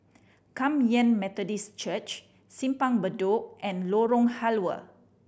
Kum Yan Methodist Church Simpang Bedok and Lorong Halwa